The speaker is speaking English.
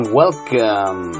welcome